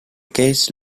case